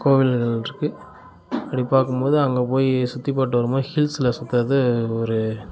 கோவில்கள் இருக்குது அப்படி பார்க்கும்போது அங்கே போய் சுற்றிப் பார்த்துட்டு வரும் போதும் ஹில்ஸ் சுற்றுறது ஒரு